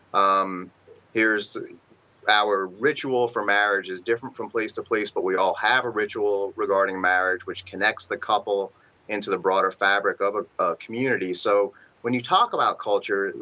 um our ritual for marriage is different from place to place but we all have a ritual regarding marriage which connects the couple into the broader fabric of ah of community, so when you talk about culture,